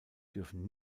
dürfen